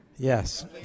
Yes